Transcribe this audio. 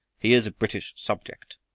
he is a british subject.